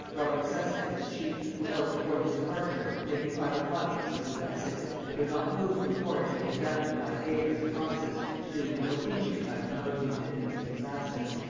robert cecil was the chief who held before his departure many private conferences with essex, and would not move from court till he had bound him by favors and promises to do him no injury by promoting his enemies in his absence.